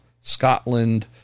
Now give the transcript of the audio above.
Scotland